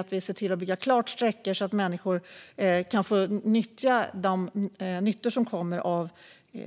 Man måste bygga klart sträckor så att människor får nytta av